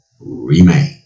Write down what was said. remain